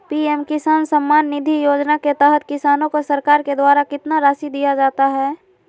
PM Kisan Samman Nidhi योजना के तहत किसान को सरकार के द्वारा कितना रासि दिया जाता है?